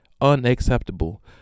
unacceptable